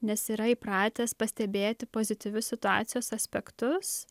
nes yra įpratęs pastebėti pozityvius situacijos aspektus